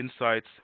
insights